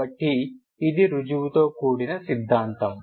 కాబట్టి ఇది రుజువుతో కూడిన సిద్ధాంతం